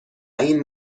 این